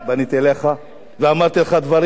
פניתי אליך ואמרתי לך דברים,